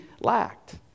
lacked